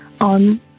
on